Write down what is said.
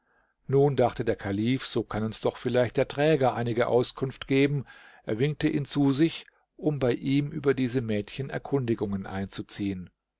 nun dachte der kalif so kann uns doch vielleicht der träger einige auskunft geben er winkte ihn zu sich um bei ihm über diese mädchen erkundigungen einzuziehen